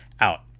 out